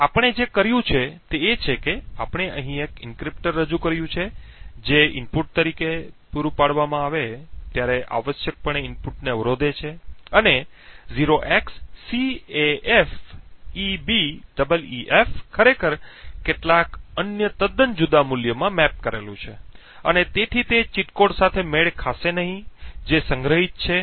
હવે આપણે જે કર્યું છે તે છે કે આપણે અહીં એક એન્ક્રિપ્ટર રજૂ કર્યું છે જે ઇનપુટ તરીકે પૂરા પાડવામાં આવે ત્યારે આવશ્યકપણે ઇનપુટને અવરોધે છે અને 0xCafEBEEF ખરેખર કેટલાક અન્ય તદ્દન જુદા મૂલ્યમાં મેપ કરેલું છે અને તેથી તે ચીટ કોડ સાથે મેળ ખાશે નહીં જે સંગ્રહિત છે